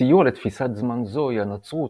סיוע לתפיסת זמן זו היא הנצרות,